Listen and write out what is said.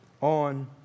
on